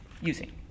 using